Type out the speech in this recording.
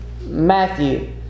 Matthew